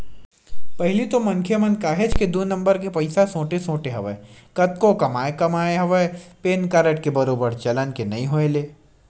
पहिली तो मनखे मन काहेच के दू नंबर के पइसा सोटे सोटे हवय कतको कमाए कमाए हवय पेन कारड के बरोबर चलन के नइ होय ले